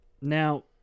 Now